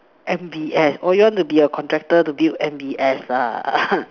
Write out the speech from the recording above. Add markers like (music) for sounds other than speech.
M_B_S oh you want to be a contractor to build M_B_S ah (noise)